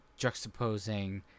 Juxtaposing